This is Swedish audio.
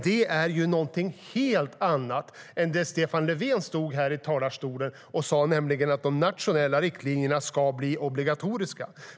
Det är något helt annat än det Stefan Löfven sa i talarstolen, nämligen att de nationella riktlinjerna ska bli obligatoriska.